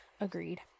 Agreed